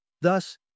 Thus